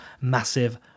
massive